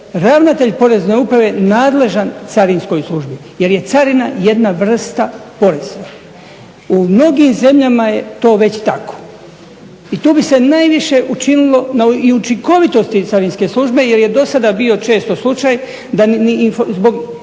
ravnatelj Porezne uprave nadležan Carinskoj službi jer je carina jedna vrsta poreza. U mnogim zemljama je to već tako i tu bi se najviše učinilo i učinkovitosti Carinske službe jer je do sada bio često slučaj da zbog